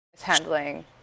handling